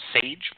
Sage